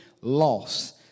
loss